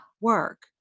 work